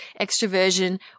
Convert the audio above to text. extroversion